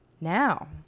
now